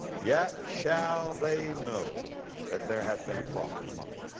yet shall they know that there hath been a prophet among